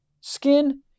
skin